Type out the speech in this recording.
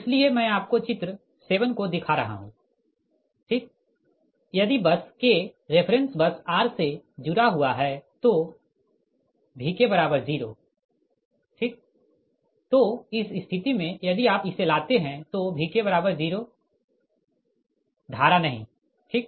इसीलिए मैं आपको चित्र 7 को दिखा रहा हूँ ठीक यदि bus k reference bus r से जुड़ा है तो Vk0 ठीक तो इस स्थिति में यदि आप इसे लाते है तो Vk0 धारा नही ठीक